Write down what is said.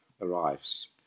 arrives